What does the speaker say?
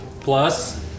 Plus